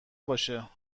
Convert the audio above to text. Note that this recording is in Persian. باشه